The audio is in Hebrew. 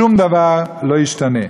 שום דבר לא ישתנה.